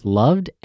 loved